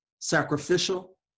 sacrificial